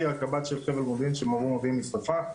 הקב"ט של חבל מודיעין כאשר מבוא מודיעים נשרפה.